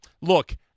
look